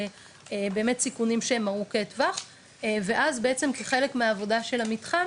ל-באמת סיכונים שהם ארוכי טווח ואז בעצם כחלק מהעבודה של המתחם